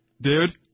Dude